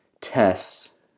tests